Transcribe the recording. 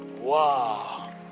Wow